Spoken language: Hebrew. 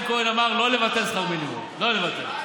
נלחם בהפרטה הזוחלת של מערכת החינוך,